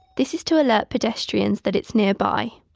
this is to alert pedestrians that it's nearby.